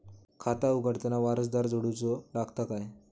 खाता उघडताना वारसदार जोडूचो लागता काय?